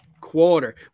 quarter